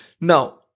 Now